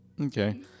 Okay